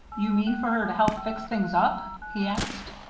you mean for her to help fix things up? he asked.